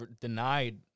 denied